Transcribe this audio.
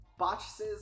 Botches